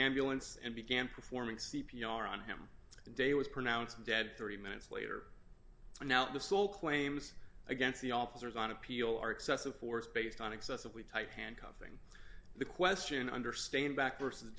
ambulance and began performing c p r on him the day was pronounced dead three minutes later and now the small claims against the officers on appeal are excessive force based on excessively tight handcuffing the question understand back versus